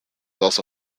also